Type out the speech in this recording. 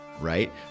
right